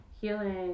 healing